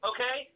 Okay